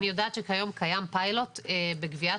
אני יודעת שכיום קיים פיילוט בגביית